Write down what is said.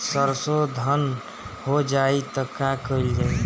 सरसो धन हो जाई त का कयील जाई?